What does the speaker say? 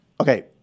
Okay